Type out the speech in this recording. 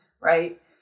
Right